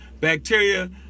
bacteria